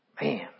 Man